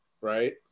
right